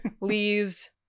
Leaves